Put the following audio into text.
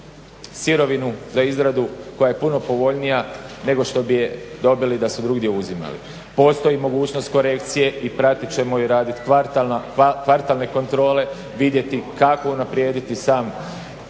sirovinu za izradu koja je puno povoljnija nego što bi je dobili da su drugdje uzimali. Postoji mogućnost korekcije i pratit ćemo i raditi kvartalne kontrole, vidjeti kako unaprijediti sam